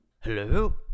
hello